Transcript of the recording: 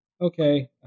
Okay